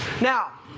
Now